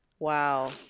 Wow